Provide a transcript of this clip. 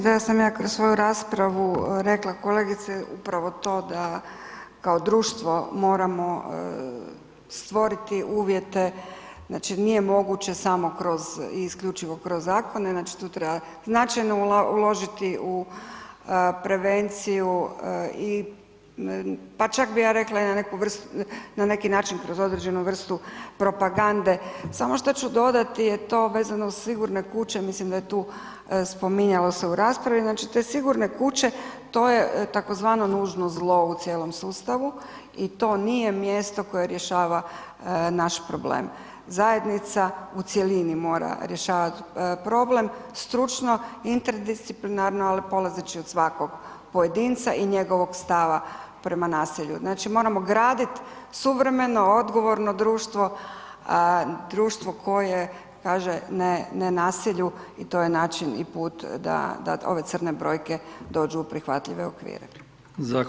Pa ja mislim da sam ja kroz svoju raspravu rekla kolegice upravo to da kao društvo moramo stvoriti uvjete, znači nije moguće samo kroz i isključivo kroz zakone, znači tu treba značajno uložiti u prevenciju i, pa čak bi ja rekla i na neku vrstu, na neki način kroz određenu vrstu propagande, samo što ću dodati je to vezano uz sigurne kuće, mislim da je tu spominjalo se u raspravi, znači te sigurne kuće to je tzv. nužno zlo u cijelom sustavu i to nije mjesto koje rješava naš problem, zajednica u cjelini mora rješavat problem stručno, interdisciplinarno, ali polazeći od svakog pojedinca i njegovog stava prema nasilju, znači moramo gradit suvremeno, odgovorno društvo, društvo koje kaže ne, ne nasilju i to je način i put da, da ove crne brojke dođu u prihvatljive okvire.